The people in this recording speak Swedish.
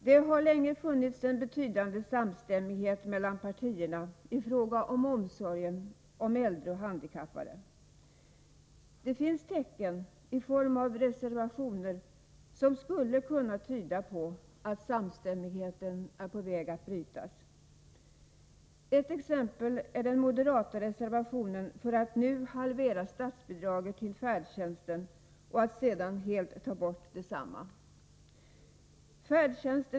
Det har länge funnits en betydande samstämmighet mellan partierna i fråga om omsorgen om äldre och handikappade. Det finns tecken, i form av reservationer, som skulle kunna tyda på att samstämmigheten är på väg att brytas. Ett exempel är den moderata reservationen med förslag att nu halvera statsbidraget till färdtjänsten och att sedan helt ta bort detsamma.